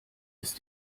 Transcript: ist